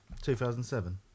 2007